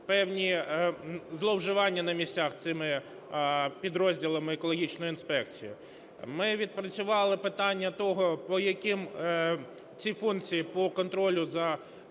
певні зловживання на місцях цими підрозділами екологічної інспекції. Ми відпрацювали питання того, по яким, ці функції по контролю за нашими